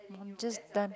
I'm just done